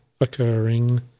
occurring